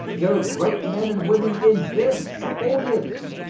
there are great men and women in this audience.